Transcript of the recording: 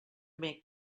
make